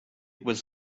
was